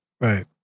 Right